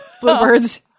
Bluebirds